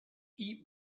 eat